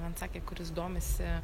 man sakė kuris domisi